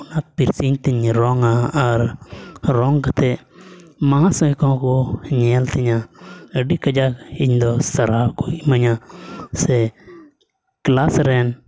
ᱚᱱᱟ ᱯᱮᱱᱥᱤᱞ ᱛᱤᱧ ᱨᱚᱝᱼᱟ ᱟᱨ ᱨᱚᱝ ᱠᱟᱛᱮᱫ ᱢᱚᱦᱟᱥᱚᱭ ᱠᱚᱦᱚᱸ ᱠᱚ ᱧᱮᱞ ᱛᱤᱧᱟ ᱟᱹᱰᱤ ᱠᱟᱡᱟᱠ ᱤᱧᱫᱚ ᱥᱟᱨᱦᱟᱣ ᱠᱚ ᱤᱢᱟᱹᱧᱟ ᱥᱮ ᱠᱞᱟᱥ ᱨᱮᱱ